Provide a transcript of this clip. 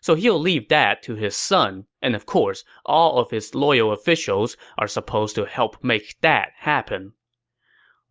so he'll leave that to his son, and of course, all of his loyal officials are supposed to help make that happen